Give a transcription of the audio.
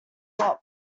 lot